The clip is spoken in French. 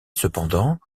cependant